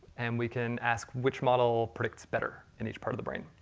and we can ask which model predicts better in each part of the brain.